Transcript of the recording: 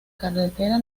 carretera